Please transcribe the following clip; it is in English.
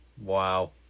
Wow